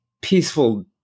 peaceful